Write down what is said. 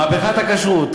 מהפכת הכשרות,